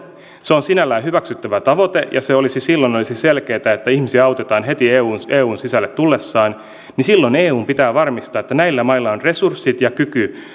sinänsä hyväksyttävä tavoite ja silloin olisi selkeätä että ihmisiä autetaan heti heidän tultuaan eun sisälle niin silloin eun pitää varmistaa että näillä mailla on resurssit ja kyky